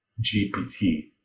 GPT